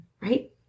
Right